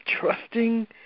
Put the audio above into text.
trusting